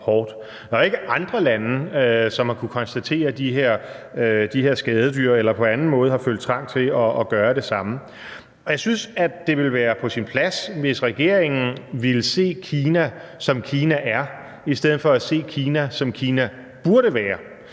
er ikke andre lande, som har kunnet konstatere de her skadedyr, eller som på anden måde har følt trang til at gøre det samme. Jeg synes, at det ville være på sin plads, hvis regeringen ville se Kina, som Kina er, i stedet for at se Kina, som Kina burde være.